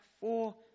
four